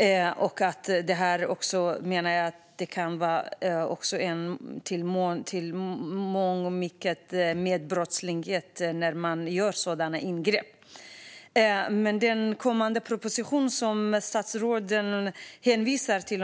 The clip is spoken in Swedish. Jag menar att det för dem som gör sådana ingrepp i mångt och mycket kan handla om medbrottslighet. Den kommande propositionen om estetiska kirurgiska ingrepp som statsrådet hänvisar till